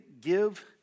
give